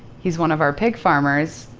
he's one of our pig farmers.